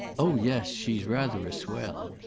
oh yes, she's rather a swell!